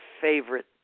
favorite